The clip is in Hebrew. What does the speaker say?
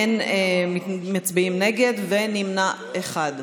אין מצביעים נגד, ונמנע אחד.